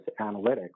analytics